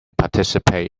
participate